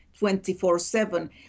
24-7